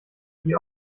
wie